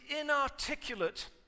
inarticulate